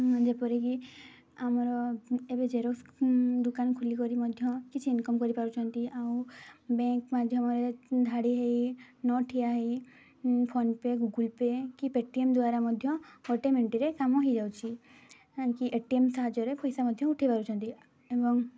ଯେପରିକି ଆମର ଏବେ ଜେରକ୍ସ ଦୋକାନ ଖୋଲି କରି ମଧ୍ୟ କିଛି ଇନକମ୍ କରିପାରୁଛନ୍ତି ଆଉ ବ୍ୟାଙ୍କ୍ ମାଧ୍ୟମରେ ଧାଡ଼ି ହୋଇ ନ ଠିଆ ହୋଇ ଫୋନ୍ ପେ ଗୁଗଲ୍ ପେ କି ପେଟିଏମ୍ ଦ୍ୱାରା ମଧ୍ୟ ଗୋଟିଏ ମିନିଟ୍ରେ କାମ ହୋଇଯାଉଛି କି ଏ ଟି ଏମ୍ ସାହାଯ୍ୟରେ ପଇସା ମଧ୍ୟ ଉଠାଇ ପାରୁଛନ୍ତି ଏବଂ